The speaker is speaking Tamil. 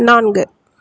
நான்கு